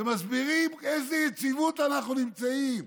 ומסבירים באיזו יציבות אנחנו נמצאים,